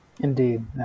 Indeed